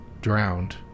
drowned